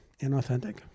Inauthentic